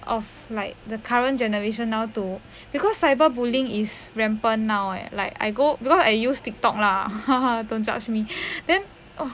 of like the current generation now to because cyber bullying is rampant now eh like I go because I use Tik Tok lah haha don't judge me